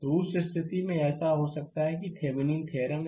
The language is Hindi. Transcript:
तो उस स्थिति में ऐसा हो सकता है किथेविनीन थ्योरम